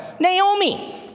Naomi